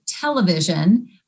television